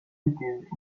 cities